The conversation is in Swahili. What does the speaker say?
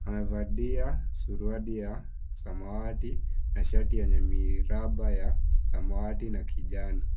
Amevalia suruali ya samawati na shati yenye miraba ya samati na kijani.